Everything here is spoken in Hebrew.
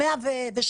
112